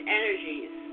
energies